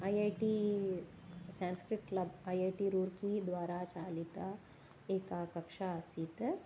IIT Sanskrit club IIT Roorkee द्वारा चालिता एका कक्षा आसीत्